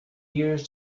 years